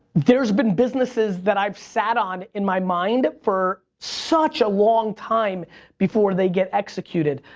there's been businesses that i've sat on in my mind for such a long time before they get executed.